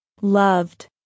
loved